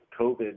COVID